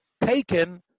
taken